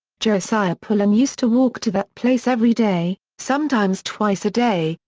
josiah pullen used to walk to that place every day, sometimes twice a day,